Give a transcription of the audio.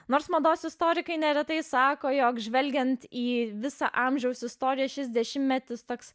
nors mados istorikai neretai sako jog žvelgiant į visą amžiaus istoriją šis dešimtmetis toks